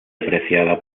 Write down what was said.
apreciada